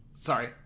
Sorry